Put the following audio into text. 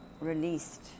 released